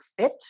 fit